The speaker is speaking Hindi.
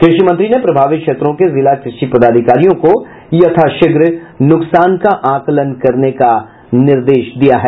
कृषि मंत्री ने प्रभावित क्षेत्रों के जिला कृषि पदाधिकारियों को यथाशीघ्र नुकसान का आकलन करने का निर्देश दिया है